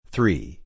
Three